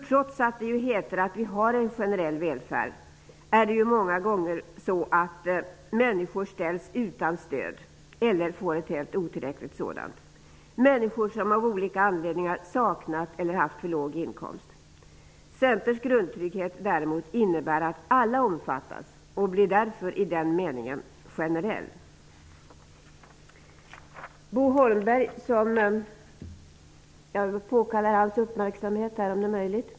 Trots att det heter att vi har en generell välfärd ställs människor många gånger utan stöd eller får ett helt otillräckligt sådant. Det kan vara människor som av olika anledningar saknat eller haft för låg inkomst. Centerns grundtrygghet innebär däremot att alla skall omfattas. Därför blir den i den meningen generell. Jag vill om möjligt påkalla Bo Holmbergs uppmärksamhet.